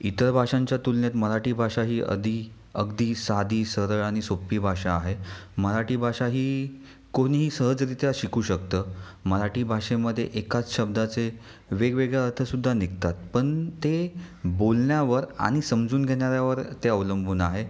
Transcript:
इतर भाषांच्या तुलनेते मराठी भाषा ही अधिक अगदी साधी सरळ आणि सोपी भाषा आहे मराठी भाषा ही कोणीही सहजरित्या शिकू शकतं मराठी भाषेमध्ये एकाच शब्दाचे वेगवेगळे अर्थसुद्धा निघतात पण ते बोलण्यावर आणि समजून घेणाऱ्यावर ते अवलंबून आहे